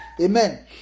amen